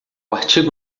artigo